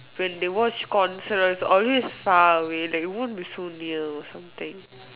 when they watch concerts always far away like it won't be so near or something